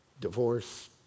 divorce